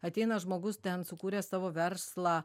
ateina žmogus ten sukūręs savo verslą